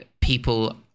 people